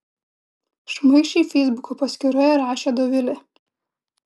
šmaikščiai feisbuko paskyroje rašė dovilė